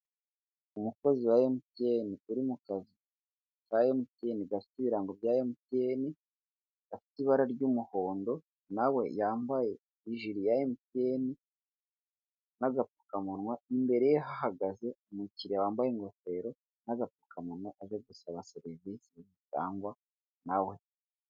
Umukozi wa MTN uri mu kazu ka MTN gafite ibirango bya MTN, gafite ibara ry'umuhondo nawe yambaye ijire ya MTN n'agapfukamunwa imbere ye hahagaze umukiliya wambaye ingofero n'agapfukamunwa aje gusaba serivise zitangwa nawe.